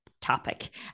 topic